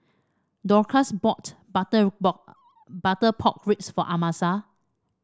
Dorcas bought butter Butter Pork Ribs for Amasa